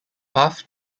path